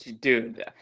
dude